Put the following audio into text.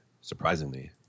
surprisingly